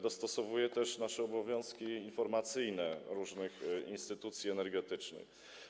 Dostosowuje też nasze obowiązki informacyjne różnych instytucji energetycznych.